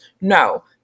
No